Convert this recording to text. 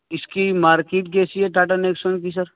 اس کی مارکیٹ کیسی ہے ٹاٹا نیکسون کی سر